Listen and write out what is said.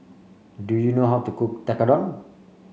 do you know how to cook Tekkadon